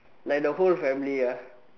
like the whole family ah